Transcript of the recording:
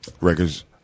Records